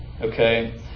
Okay